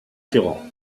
ferrand